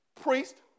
priest